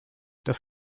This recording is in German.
das